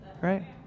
Right